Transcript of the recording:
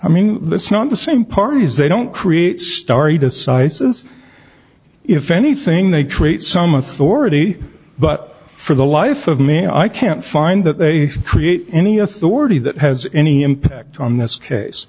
i mean it's not the same parties they don't create stari decisis if anything they create some authority but for the life of me i can't find that they create any authority that has any impact on this case